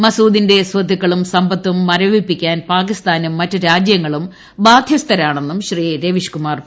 മസൂദിന്റെ സ്വത്തുക്കളും സമ്പത്തും മരവിപ്പിക്കാൻ പാകിസ്ഥാനും മറ്റ് രാജ്യങ്ങളും ബാധ്യസ്ഥരാണെന്നും ശ്രീ രവീഷ് കുമാർ പറഞ്ഞു